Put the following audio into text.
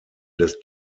des